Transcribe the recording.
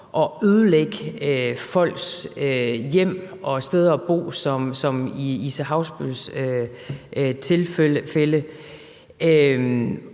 at ødelægge folk hjem og steder at bo som i Ilse Hauschultz' tilfælde.